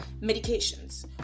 Medications